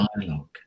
dialogue